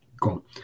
Cool